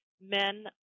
men